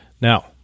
Now